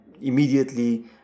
immediately